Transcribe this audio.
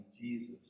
Jesus